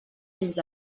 fins